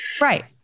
Right